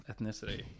ethnicity